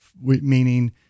meaning